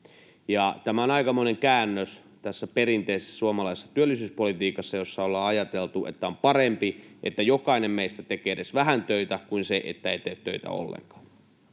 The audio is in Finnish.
Tämä on aikamoinen käännös tässä perinteisessä suomalaisessa työllisyyspolitiikassa, jossa ollaan ajateltu, että on parempi, että jokainen meistä tekee edes vähän töitä, kuin se, että ei tee töitä ollenkaan.